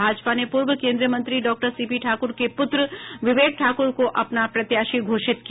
भाजपा ने पूर्व केन्द्रीय मंत्री डॉक्टर सीपी ठाकुर के पुत्र विवेक ठाकुर को अपना प्रत्याशी घोषित किया